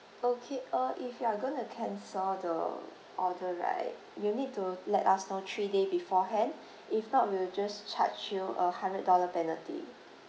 okay uh if you are going to cancel the order right you need to let us know three day beforehand if not we will just charge you a hundred dollar penalty